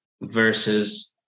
versus